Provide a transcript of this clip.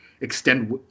extend